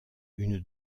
une